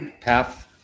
path